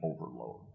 overload